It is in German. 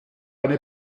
eine